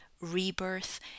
rebirth